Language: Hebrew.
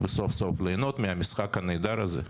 וסוף סוף ליהנות מהמשחק הנהדר הזה.